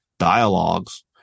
dialogues